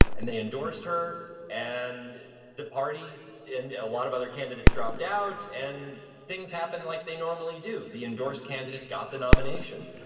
and they endorsed her and the party and a lot of other candidates dropped out. and things happen like they normally do. the endorsed candidate got the nomination.